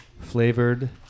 Flavored